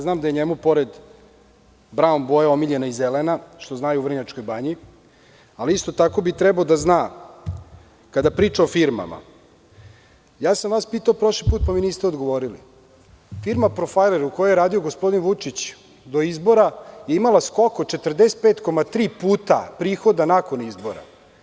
Znam da je njemu pored braon boje omiljena i zelena, što znaju u Vrnjačkoj Banji, ali isto tako bi trebao da zna kada priča o firmama, pitao sam vas prošli put pa mi niste odgovorili, firma „Profajler“ u kojoj je radio gospodin Vučić do izbora je imao skok od 45,3 puta nakon izbora.